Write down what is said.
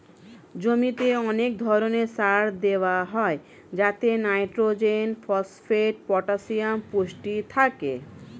জমিতে অনেক ধরণের সার দেওয়া হয় যাতে নাইট্রোজেন, ফসফেট, পটাসিয়াম পুষ্টি থাকে